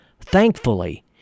thankfully